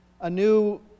anew